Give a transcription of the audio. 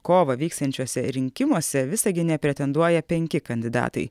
kovą vyksiančiuose rinkimuose visagine pretenduoja penki kandidatai